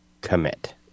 commit